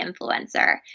influencer